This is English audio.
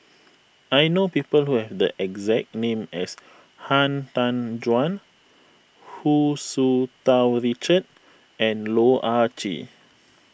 I know people who have the exact name as Han Tan Juan Hu Tsu Tau Richard and Loh Ah Chee